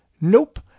nope